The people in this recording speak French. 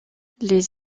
les